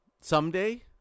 Someday